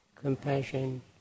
compassion